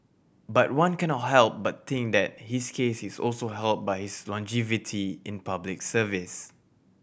but one cannot help but think that his case is also helped by his longevity in Public Service